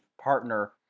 partner